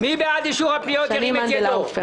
מי בעד אישור הפניות, ירים את ידו.